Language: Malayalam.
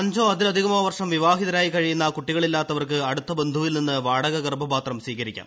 അഞ്ചോ അതിലധികമോ വർഷം വിവാഹിതരായി കഴിയുന്ന കുട്ടികളില്ലാത്തവർക്ക് അടുത്ത ബന്ധുവിൽ നിന്ന് വാടക ഗർഭപാത്രം സ്വീകരിക്കാം